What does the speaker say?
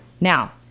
Now